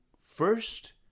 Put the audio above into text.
First